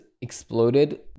exploded